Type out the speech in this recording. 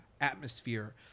atmosphere